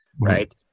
right